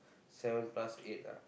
seven plus eight ah